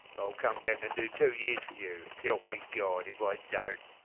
i'll come back and do two years for you, selp me gawd if i don't!